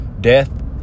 death